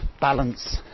balance